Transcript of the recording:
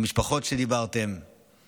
המשפחות שדיברתם עליהן.